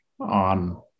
on